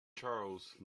charles